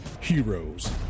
Heroes